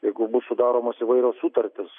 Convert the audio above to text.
jeigu bus sudaromos įvairios sutartys